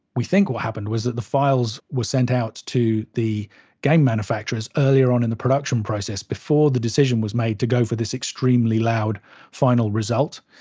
we think what happened was that the files were sent out to the game manufacturers earlier on in the production process, before the decision was made to go for this extremely loud final result.